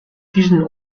diesen